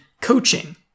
coaching